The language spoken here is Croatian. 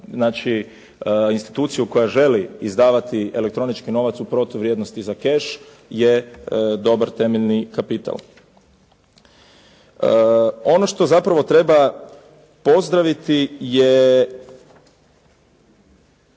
kuna za instituciju koja želi izdavati elektronički novac u protuvrijednosti za keš je dobar temeljni kapital. Ono što zapravo treba pozdraviti je